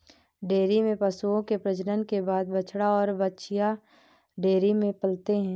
dairy में पशुओं के प्रजनन के बाद बछड़ा और बाछियाँ डेयरी में पलते हैं